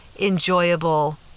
enjoyable